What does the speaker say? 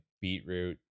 beetroot